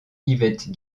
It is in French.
yvette